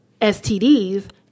STDs